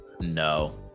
No